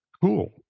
Cool